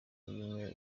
zunze